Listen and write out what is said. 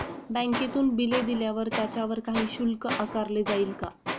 बँकेतून बिले दिल्यावर त्याच्यावर काही शुल्क आकारले जाईल का?